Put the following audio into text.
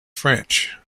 french